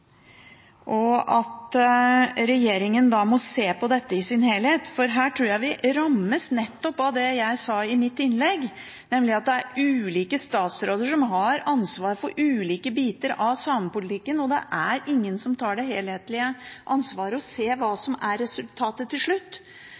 og at regjeringen da må se på dette i sin helhet. Her tror jeg vi rammes av nettopp det jeg sa i mitt innlegg, nemlig at det er ulike statsråder som har ansvar for ulike biter av samepolitikken, at ingen tar det helhetlige ansvaret og ser hva som er resultatet til slutt